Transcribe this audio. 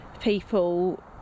people